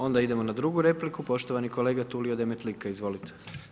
Onda i demo na drugu repliku, poštovani kolega Tulio Demetlika, izvolite.